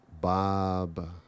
Bob